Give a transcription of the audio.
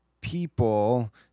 people